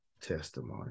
testimony